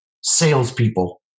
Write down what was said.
salespeople